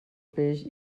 peix